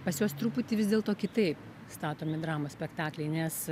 pas juos truputį vis dėlto kitaip statomi dramos spektakliai nes